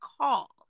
call